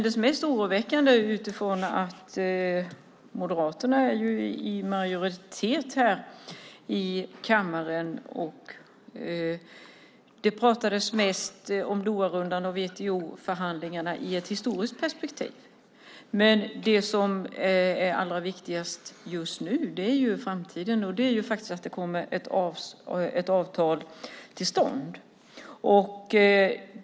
Det mest oroväckande - Moderaterna ingår ju i den borgerliga majoriteten här i kammaren - var dock att det pratades mest om Doharundan och WTO-förhandlingarna i ett historiskt perspektiv. Men det som är allra viktigast just nu är framtiden och att det kommer ett avtal till stånd.